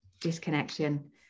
disconnection